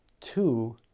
Two